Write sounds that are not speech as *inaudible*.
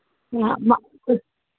*unintelligible*